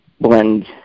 blend